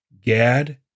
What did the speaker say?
Gad